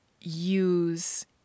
use